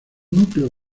núcleo